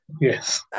yes